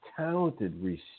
talented